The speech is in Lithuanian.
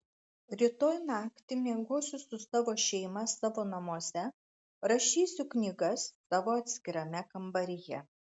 rytoj naktį miegosiu su savo šeima savo namuose rašysiu knygas savo atskirame kambaryje